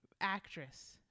actress